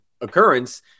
occurrence